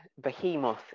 behemoth